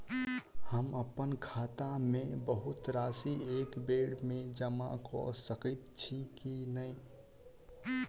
हम अप्पन खाता मे बहुत राशि एकबेर मे जमा कऽ सकैत छी की नै?